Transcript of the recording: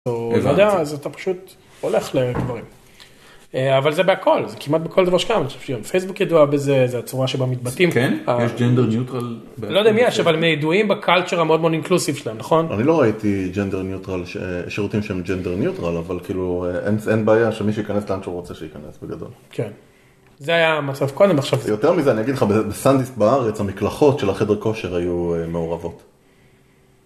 אז אתה פשוט הולך לדברים, אבל זה בהכל, זה כמעט בכל דבר שקיים, אני חושב שפייסבוק ידועה בזה, זה הצורה שבה מתבטאים. כן? יש ג'נדר ניוטרל? לא יודע אם יש, אבל הם ידועים בקלצ'ר המאוד מאוד אינקלוסיב שלהם נכון? אני לא ראיתי ג'נדר ניוטרל, שירותים שהם ג'נדר ניוטרל אבל כאילו אין בעיה שמי שיכנס לאן שהוא רוצה שיכנס בגדול. כן. זה היה המצב קודם. עכשיו יותר מזה אני אגיד לך בסאנדיסק בארץ המקלחות של החדר כושר היו מעורבות.